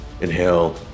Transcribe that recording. inhale